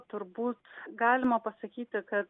turbūt galima pasakyti kad